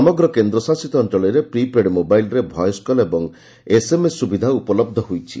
ସମଗ୍ର କେନ୍ଦ୍ରଶାସିତ ଅଞ୍ଚଳରେ ପ୍ରି ପେଡ୍ ମୋବାଇଲ୍ରେ ଭଏସ୍ କଲ୍ ଓ ଏସ୍ଏମ୍ଏସ୍ ସୁବିଧା ଉପଲବ୍ଧ ହୋଇଛି